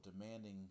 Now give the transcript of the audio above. demanding